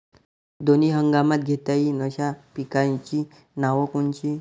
दोनी हंगामात घेता येईन अशा पिकाइची नावं कोनची?